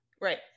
right